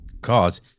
God